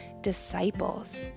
disciples